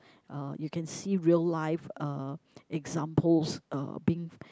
uh you can see real life uh examples uh being